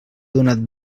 donat